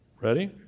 Ready